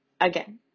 again